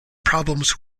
problems